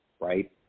right